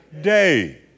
day